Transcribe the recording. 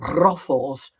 ruffles